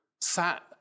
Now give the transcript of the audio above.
Sat